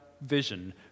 vision